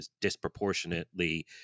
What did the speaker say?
disproportionately